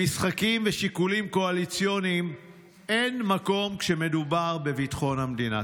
למשחקים ושיקולים קואליציוניים אין מקום כשמדובר בביטחון המדינה.